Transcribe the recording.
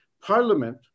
Parliament